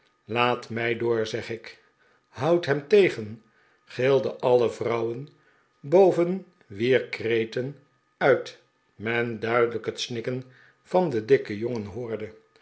laat mij door zeg ik houd hem tegenl gilden alle vrouwen boven wier kreten uit men duidelijk het snikken van den dikken jongen hoorde